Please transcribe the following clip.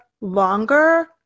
longer